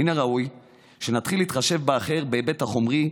מן הראוי שנתחיל להתחשב באחר בהיבט החומרי,